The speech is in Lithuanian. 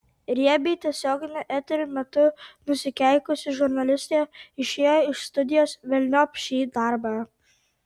riebiai tiesioginio eterio metu nusikeikusi žurnalistė išėjo iš studijos velniop šį darbą